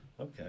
Okay